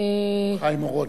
חיים אורון.